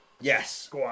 Yes